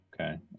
Okay